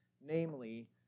namely